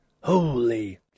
Holy